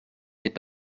n’est